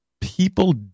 people